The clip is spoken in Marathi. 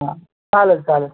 हां चालेल चालेल